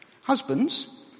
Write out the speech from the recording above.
husbands